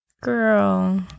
Girl